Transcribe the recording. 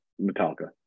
Metallica